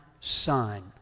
son